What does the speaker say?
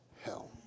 hell